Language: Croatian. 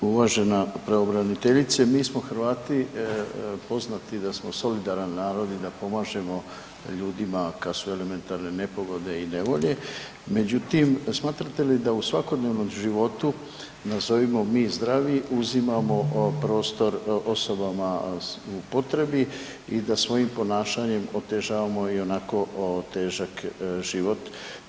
Uvažena pravobraniteljice mi smo Hrvati poznati da smo solidaran narod i da pomažemo ljudima kad su elementarne nepogode i nevolje, međutim smatrate li da u svakodnevnom životu nazovimo mi zdravi uzimamo prostor osobama u potrebi i da svojim ponašanjem otežavamo i onako težak život.